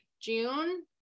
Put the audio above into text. June